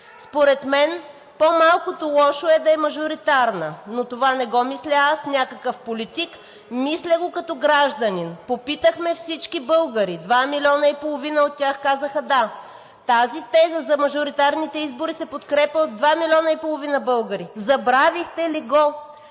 Според мен по-малкото лошо е да е мажоритарна. Но това не го мисля аз, някакъв политик, мисля го като гражданин. Попитахме всички българи – два милиона и половина от тях казаха: да. Тази теза за мажоритарните избори се подкрепя от два милиона и половина българи. Забравихте ли го?